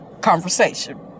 conversation